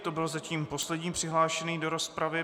To byl zatím poslední přihlášený do rozpravy.